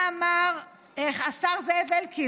מה אמר השר זאב אלקין,